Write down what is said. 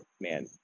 man